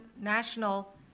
national